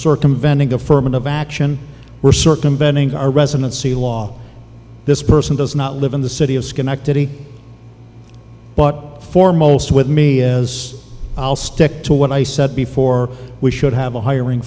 circumventing affirmative action were circumventing our residency law this person does not live in the city of schenectady but foremost with me as i'll stick to what i said before we should have a hiring